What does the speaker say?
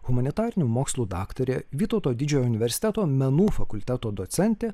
humanitarinių mokslų daktarė vytauto didžiojo universiteto menų fakulteto docentė